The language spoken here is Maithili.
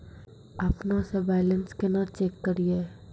अपनों से बैलेंस केना चेक करियै?